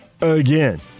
again